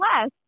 less